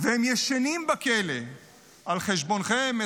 הם ישנים בכלא על חשבונכם,